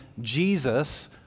Jesus